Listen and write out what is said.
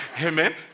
Amen